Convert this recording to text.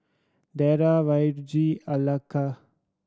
Darrel Virge